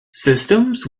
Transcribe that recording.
systems